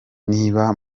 niba